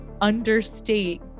understate